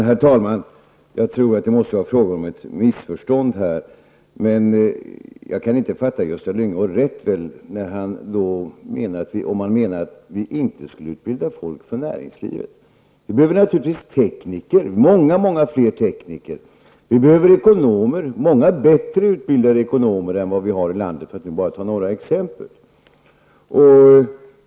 Herr talman! Jag tror att det här måste vara fråga om ett missförstånd. Jag kan väl inte ha fattat Gösta Lyngå rätt. Han kan väl inte mena att vi inte skulle utbilda folk för näringslivet. Vi behöver -- för att bara ta några exempel -- naturligtvis många fler tekniker, och vi behöver många bättre utbildade ekonomer än vad vi nu har i landet.